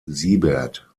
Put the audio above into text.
siebert